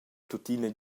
tuttina